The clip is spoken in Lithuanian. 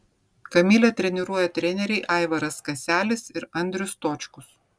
kamilę treniruoja treneriai aivaras kaselis ir andrius stočkus